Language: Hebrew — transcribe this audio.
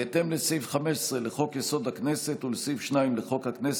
בהתאם לסעיף 15 לחוק-יסוד: הכנסת ולסעיף 2 לחוק הכנסת,